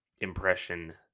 impression